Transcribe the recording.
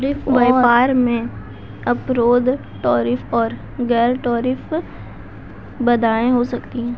व्यापार में अवरोध टैरिफ और गैर टैरिफ बाधाएं हो सकती हैं